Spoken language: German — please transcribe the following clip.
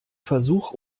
versuch